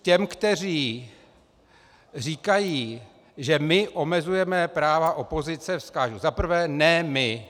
Těm, kteří říkají, že my omezujeme práva opozice, vzkážu: Za prvé ne my.